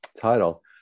title